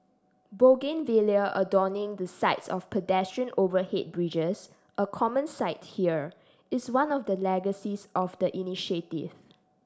bougainvillea adorning the sides of pedestrian overhead bridges a common sight here is one of the legacies of the initiative